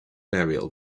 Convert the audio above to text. burial